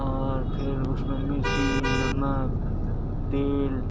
اور پھر اس میں مرچی نمک تیل